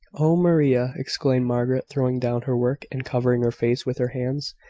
oh, maria! exclaimed margaret, throwing down her work, and covering her face with her hands.